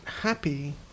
happy